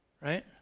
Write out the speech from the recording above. Right